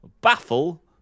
baffle